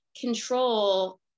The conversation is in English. control